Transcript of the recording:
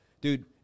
Dude